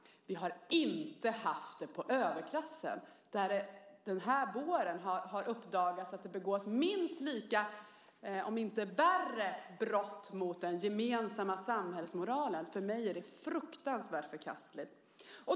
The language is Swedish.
Vi har inte haft det på överklassen, där det den här våren har uppdagats att det begås minst lika grova, om inte värre, brott mot den gemensamma samhällsmoralen. För mig är det fruktansvärt förkastligt.